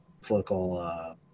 political